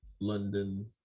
London